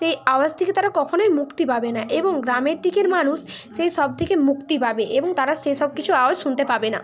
সেই আওয়াজ থেকে তারা কখনোই মুক্তি পাবে না এবং গ্রামের দিকের মানুষ সেই সব থেকে মুক্তি পাবে এবং তারা সে সব কিছু আওয়াজ শুনতে পাবে না